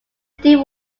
deep